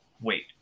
wait